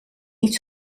niet